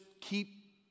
keep